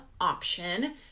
option